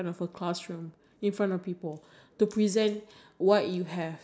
I didn't think it would be useful but I feel like nowadays they need